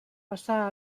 passà